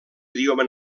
idioma